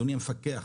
אדוני המפקח,